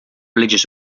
religious